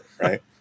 right